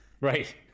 Right